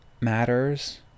Matters